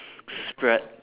spread